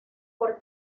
por